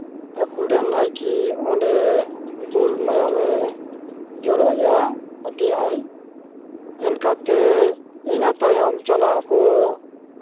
ᱠᱩᱰᱟᱹᱢ ᱱᱟᱭᱠᱮ ᱚᱸᱰᱮ ᱵᱩᱞ ᱢᱟᱭᱟᱢᱮ ᱡᱚᱨᱚᱭᱟ ᱯᱟᱹᱴᱤᱜ ᱟᱭ ᱮᱱᱠᱟᱛᱮ ᱤᱱᱟᱹ ᱛᱟᱭᱚᱢ ᱪᱟᱞᱟᱜ ᱟᱠᱚ